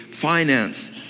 finance